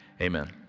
amen